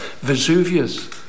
Vesuvius